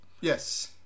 Yes